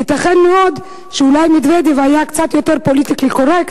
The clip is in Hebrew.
ייתכן מאוד שאולי מדוודב היה קצת יותר פוליטיקלי-קורקט,